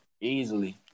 easily